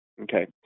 okay